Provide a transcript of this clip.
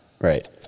Right